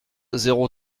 zéro